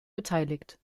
beteiligt